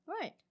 Right